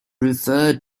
referred